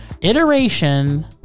iteration